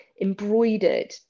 embroidered